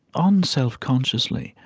unselfconsciously,